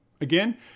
Again